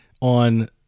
on